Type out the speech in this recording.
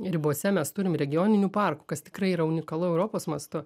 ribose mes turim regioninių parkų kas tikrai yra unikalu europos mastu